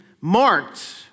marked